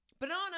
Banana